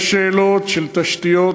יש שאלות של תשתיות,